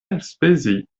elspezi